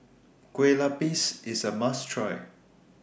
Kue Lupis IS A must Try